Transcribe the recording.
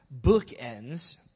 bookends